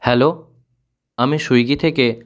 hello আমি Swiggy থেকে